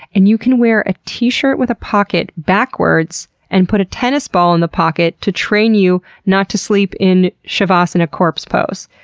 and you can wear a t-shirt with a pocket backwards and put a tennis ball in the pocket to train you not to sleep in shavasana corpse pose.